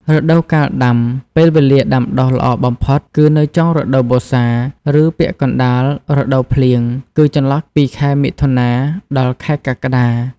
រដូវកាលដាំ ពេលវេលាដាំដុះល្អបំផុតគឺនៅចុងរដូវវស្សា ឬពាក់កណ្តាលរដូវភ្លៀង គឺចន្លោះពីខែមិថុនា ដល់ខែកក្កដា។